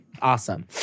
Awesome